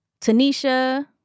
Tanisha